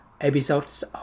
episodes